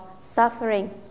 suffering